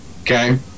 okay